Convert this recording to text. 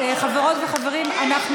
בקריאה ראשונה, ובשנייה ובשלישית.